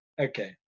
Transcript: okay